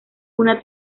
una